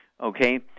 Okay